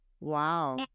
wow